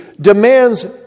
demands